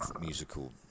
musical